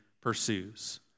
pursues